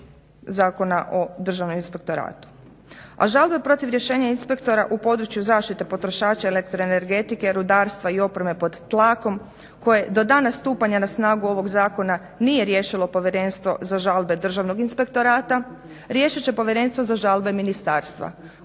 A žalbe protiv rješenja inspektora u području zaštite potrošača elektroenergetike, rudarstva i opreme pod tlakom koje do dana stupanja na snagu ovoga zakona nije riješilo Povjerenstvo za žalbe Državnog inspektorata, riješiti će povjerenstvo za žalbe ministarstva